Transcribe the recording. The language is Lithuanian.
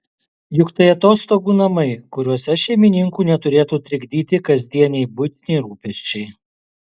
juk tai atostogų namai kuriuose šeimininkų neturėtų trikdyti kasdieniai buitiniai rūpesčiai